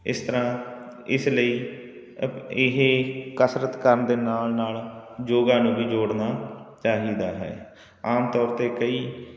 ਇਸ ਤਰ੍ਹਾਂ ਇਸ ਲਈ ਇਹ ਕਸਰਤ ਕਰਨ ਦੇ ਨਾਲ ਨਾਲ ਯੋਗਾ ਨੂੰ ਵੀ ਜੋੜਨਾ ਚਾਹੀਦਾ ਹੈ ਆਮ ਤੌਰ 'ਤੇ ਕਈ